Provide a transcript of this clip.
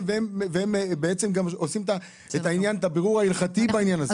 והם עושים את הבירור ההלכתי בעניין הזה.